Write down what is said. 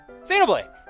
Xenoblade